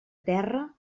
terra